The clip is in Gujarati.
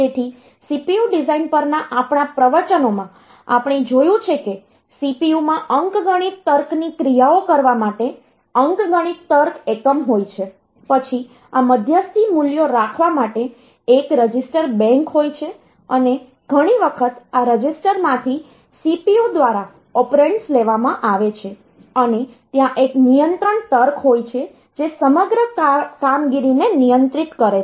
તેથી CPU ડિઝાઇન પરના આપણા પ્રવચનોમાં આપણે જોયું છે કે CPU માં અંકગણિત તર્કની ક્રિયાઓ કરવા માટે અંકગણિત તર્ક એકમ હોય છે પછી આ મધ્યસ્થી મૂલ્યો રાખવા માટે એક રજિસ્ટર બેંક હોય છે અને ઘણી વખત આ રજિસ્ટરમાંથી CPU દ્વારા ઑપરેન્ડ્સ લેવામાં આવે છે અને ત્યાં એક નિયંત્રણ તર્ક હોય છે જે સમગ્ર કામગીરીને નિયંત્રિત કરે છે